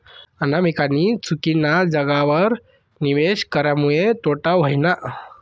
अनामिकानी चुकीना जागावर निवेश करामुये तोटा व्हयना